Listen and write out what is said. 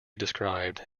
described